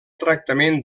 tractament